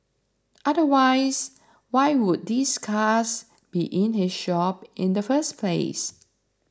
otherwise why would these cars be in his shop in the first place